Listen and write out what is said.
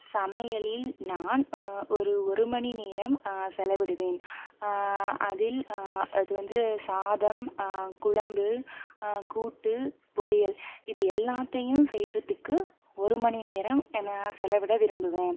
சமையலில் நான் ஒரு ஒரு மணி நேரம் செலவிடுவேன் அதில் அது வந்து சாதம் குழம்பு கூட்டு பொரியல் இது எல்லாத்தையும் செய்கிறதுக்கு ஒரு மணி நேரம் நான் செலவிட விரும்புவேன்